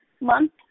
month